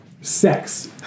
sex